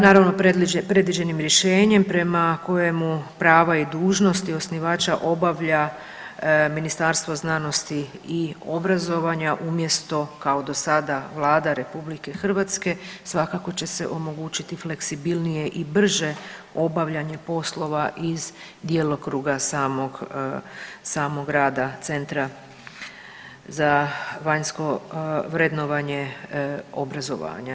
Naravno, predviđenim rješenjem prema kojemu prava i dužnosti osnivača obavlja Ministarstvo znanosti i obrazovanja umjesto kao do sada Vlada RH, svakako će se omogućiti fleksibilnije i brže obavljanje poslova iz djelokruga samog rada Centra za vanjsko vrednovanje obrazovanja.